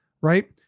right